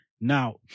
Now